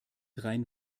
rein